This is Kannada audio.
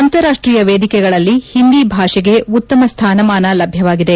ಅಂತಾರಾಷ್ಟೀಯ ವೇದಿಕೆಗಳಲ್ಲಿ ಒಂದಿ ಭಾಷೆಗೆ ಉತ್ತಮ ಸ್ಥಾನಮಾನ ಲಭ್ಯವಾಗಿದೆ